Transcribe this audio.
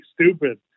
stupid